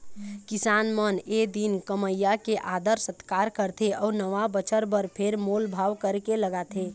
किसान मन ए दिन कमइया के आदर सत्कार करथे अउ नवा बछर बर फेर मोल भाव करके लगाथे